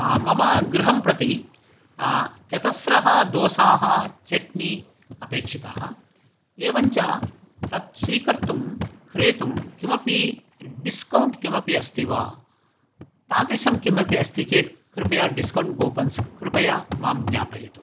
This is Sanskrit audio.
मम गृहं प्रति चतस्रः दोसाः चट्नी अपेक्षिताः एवं च तत् स्वीकर्तुं क्रेतुं किमपि डिस्कौण्ट् किमपि अस्ति वा तादृशं किमपि अस्ति चेत् कृपया डिस्कौण्ट् कूपन्स् कृपया माम् ज्ञापयतु